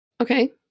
okay